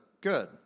good